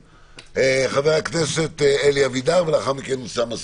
חבר הכנסת אלי אבידר, ולאחר מכן אוסאמה סעדי.